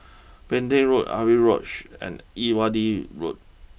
Petain Road Avery Lodge and Irrawaddy Road